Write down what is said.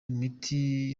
imiti